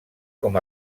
com